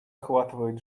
охватывает